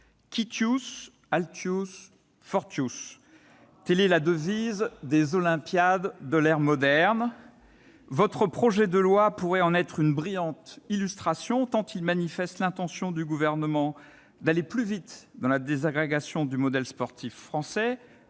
Ouzoulias, pour la motion telle est la devise des olympiades de l'ère moderne. Votre projet de loi pourrait en être une brillante illustration, madame la ministre, tant il manifeste l'intention du Gouvernement d'aller plus vite dans la désagrégation du modèle sportif français,